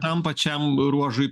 tam pačiam ruožui